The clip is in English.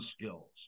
skills